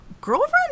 girlfriend